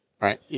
Right